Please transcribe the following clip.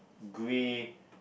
grey